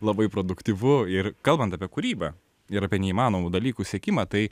labai produktyvu ir kalbant apie kūrybą ir apie neįmanomų dalykų siekimą tai